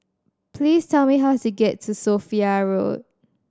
please tell me how to get to Sophia Road